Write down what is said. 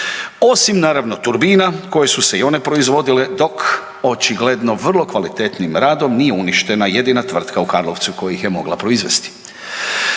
osim naravno turbina koje su se i one proizvodile dok očigledno vrlo kvalitetnim radom nije uništena jedina tvrtka u Karlovcu koja ih je mogla proizvesti.